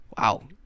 Wow